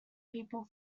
people